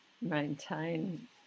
maintain